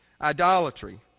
idolatry